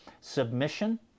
submission